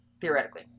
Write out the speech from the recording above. Theoretically